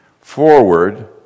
forward